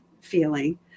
feeling